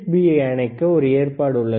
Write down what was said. பியை இணைக்க ஒரு ஏற்பாடு உள்ளது